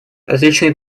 различные